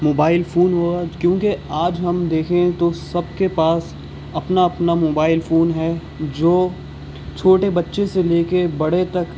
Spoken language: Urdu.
موبائل فون ہوگا کیوںکہ آج ہم دیکھیں تو سب کے پاس اپنا اپنا موبائل فون ہے جو چھوٹے بچے سے لے کے بڑے تک